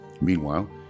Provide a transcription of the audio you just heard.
Meanwhile